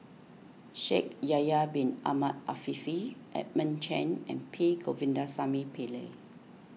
Shaikh Yahya Bin Ahmed Afifi Edmund Cheng and P Govindasamy Pillai